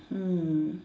mm